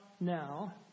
now